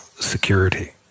security